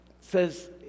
says